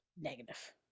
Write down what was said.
negative